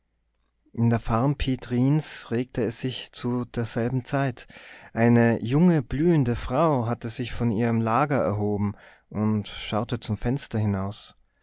in der farm piet rijns regte es sich zu derselben zeit eine junge blühende frau hatte sich von ihrem lager erhoben und schaute zum fenster hinaus